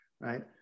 right